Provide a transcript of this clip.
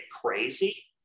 crazy